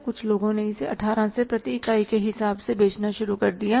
कुछ लोगों ने इसे 18 से प्रति इकाई के हिसाब से बेचना शुरू कर दिया है